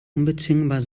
unbezwingbar